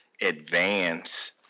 advance